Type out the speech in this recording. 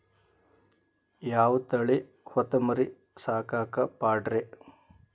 ಯಾವ ತಳಿ ಹೊತಮರಿ ಸಾಕಾಕ ಪಾಡ್ರೇ?